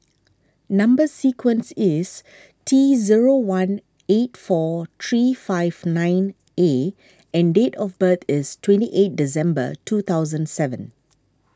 Number Sequence is T zero one eight four three five nine A and date of birth is twenty eight December two thousand seven